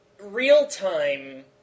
Real-time